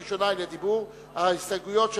ההסתייגות הראשונה היא לדיבור, ההסתייגויות של